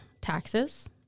taxes